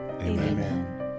Amen